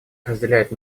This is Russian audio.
разделить